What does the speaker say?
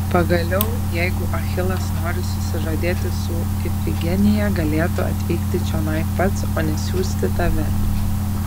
pagaliau jeigu achilas nori susižadėti su ifigenija galėtų atvykti čionai pats o ne siųsti tave